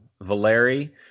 Valeri